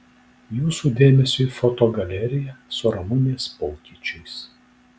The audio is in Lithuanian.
jūsų dėmesiui foto galerija su ramunės pokyčiais